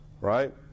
right